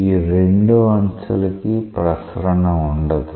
ఈ రెండు అంచులకి ప్రసరణ ఉండదు